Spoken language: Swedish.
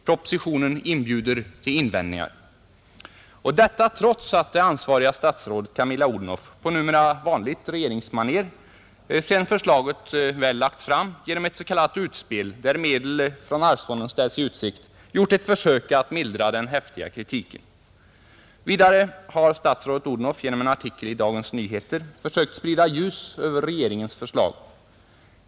Propositionen inbjuder till invändningar. Detta trots att det ansvariga statsrådet, Camilla Odhnoff — på numera vanligt regeringsmanér — sedan förslaget väl har lagts fram genom ett s.k. utspel, där medel från arvsfonden ställts i utsikt, har gjort ett försök att mildra den häftiga kritiken. Vidare har statsrådet Odhnoff genom en artikel i Dagens Nyheter försökt sprida ljus över regeringens förslag.